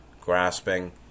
grasping